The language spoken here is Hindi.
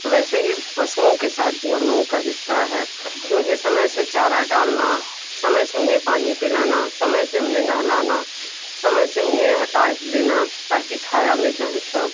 वैसे ही पशुओं के साथ भी हम लोगों का रिश्ता है कि उन्हें समय से चारा डालना समय से उन्हें पानी पिलाना समय से उन्हें नहलाना समय से उन्हें हटा देना ताकि छाया में जाएँ सब